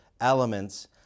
elements